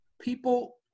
people